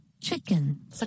Chicken